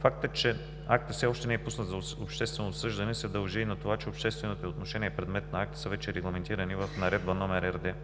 Фактът, че актът все още не е пуснат за обществено обсъждане, се дължи на това, че обществените отношения предмет на акта са вече регламентирани в Наредба № РД